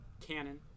canon